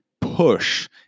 push